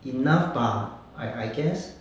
enough bah I I guess